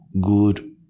good